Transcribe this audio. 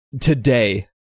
today